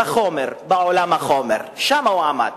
נעמד בעולם החומר, שם הוא עמד,